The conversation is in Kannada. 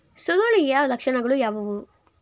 ಸುರುಳಿಯ ಲಕ್ಷಣಗಳು ಯಾವುವು?